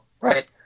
right